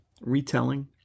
retelling